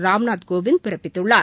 ராம்நாத் கோவிந்த் பிறப்பித்துள்ளார்